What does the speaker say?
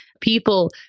people